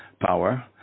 power